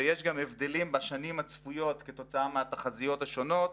ויש גם הבדלים בשנים הצפויות כתוצאה מהתחזיות השונות.